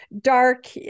dark